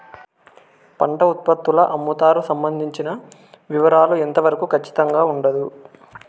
పంట ఉత్పత్తుల అమ్ముతారు సంబంధించిన వివరాలు ఎంత వరకు ఖచ్చితంగా ఉండదు?